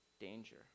danger